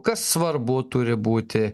kas svarbu turi būti